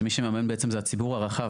שמי שמממן זה הציבור הרחב.